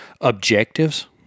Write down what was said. objectives